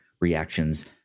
reactions